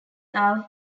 are